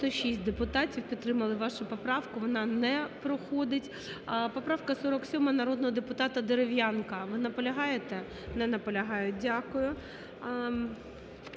96 депутатів підтримали вашу поправку, вона не проходить. Поправка 47-а народного депутата Дерев'янка. Ви наполягаєте? Не наполягає. Дякую.